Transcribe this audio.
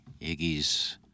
Iggy's